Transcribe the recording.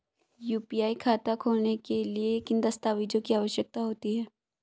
UPI खाता खोलने के लिए किन दस्तावेज़ों की आवश्यकता होती है?